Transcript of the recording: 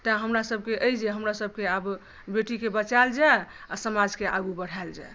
तैं हमरासभके एहि जे हमरासभक आब बेटीक बचाओल जाय आ समाजके आगू बढ़ाओल जाय